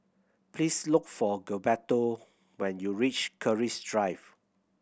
please look for Gilberto when you reach Keris Drive